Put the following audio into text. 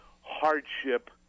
hardship